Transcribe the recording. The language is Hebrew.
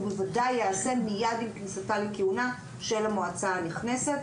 הוא בוודאי ייעשה מיד עם כניסתה לכהונה של המועצה הנכנסת.